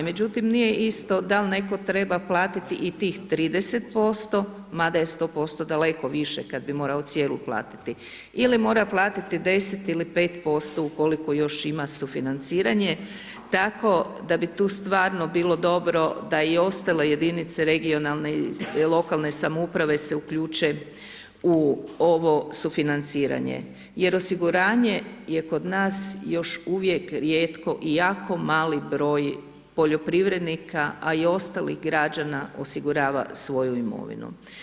Međutim nije isto dal' netko treba platiti i tih 30% mada je 100% daleko više kad bi morao cijelu platiti ili mora platiti 10 ili 5% ukoliko još ima sufinanciranje tako da bi stvarno bilo dobro da i ostale jedinica regionalne i lokalne samouprave se uključe u ovo sufinanciranje jer osiguranje je kod nas uvijek rijetko i jako mali broj poljoprivrednika a i ostalih građana osigurava svoju imovinu.